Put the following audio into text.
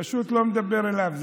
פשוט לא מדבר אליו.